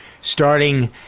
starting